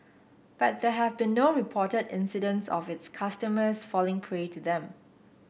but there have been no reported incidents of its customers falling prey to them